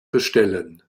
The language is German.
bestellen